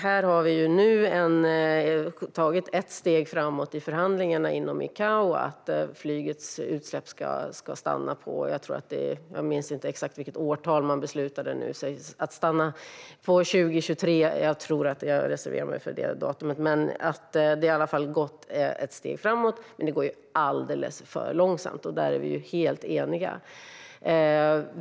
Här har vi nu tagit ett steg framåt i förhandlingarna inom ICAO för att flygets utsläpp ska stanna på 2023, tror jag att det är - jag minns inte exakt vilket årtal och reserverar mig för datumet. Det har i alla fall kommit ett steg framåt. Men det går alldeles för långsamt. Där är jag och Jens Holm helt eniga.